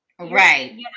Right